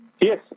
Yes